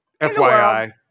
FYI